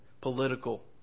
political